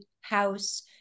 house